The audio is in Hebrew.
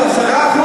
10%,